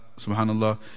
Subhanallah